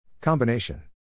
Combination